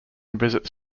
visits